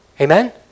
Amen